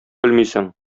белмисең